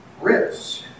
risk